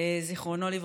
זיכרונו לברכה,